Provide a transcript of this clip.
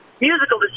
musical